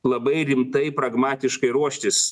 labai rimtai pragmatiškai ruoštis